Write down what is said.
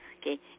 Okay